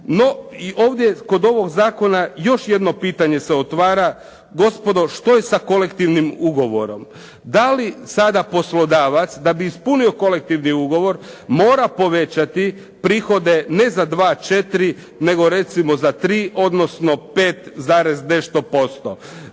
No i ovdje, kod ovog zakona još jedno pitanje se otvara. Gospodo što je sa kolektivnim ugovorom? Da li sada poslodavac, da bi ispunio kolektivni ugovor, mora povećati prihode ne za 2,4, nego recimo za 3, odnosno 5 zarez nešto posto.